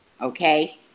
Okay